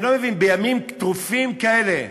אני לא מבין, בימים טרופים כאלה,